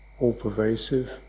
all-pervasive